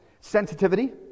sensitivity